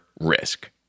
risk